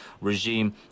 regime